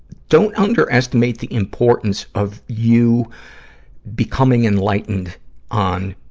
don't underestimate the importance of you becoming enlightened on